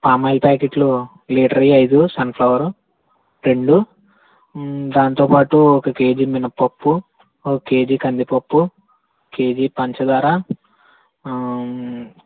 palm oil ప్యాకెట్లు litre వి ఐదు సన్ఫ్లవర్ రెండు దాంతో పాటు ఒక కేజీ మినపప్పు ఒక కేజీ కందిపప్పు కేజీ పంచదార